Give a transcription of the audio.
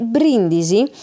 Brindisi